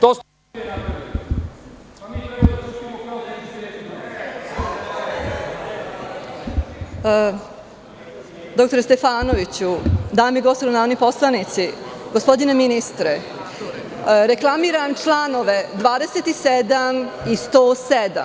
Gospodine Stefanoviću, dame i gospodo narodni poslanici, gospodine ministre, reklamiram članove 27. i 107.